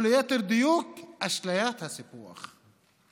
או ליתר דיוק אשליית הסיפוח,